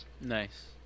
Nice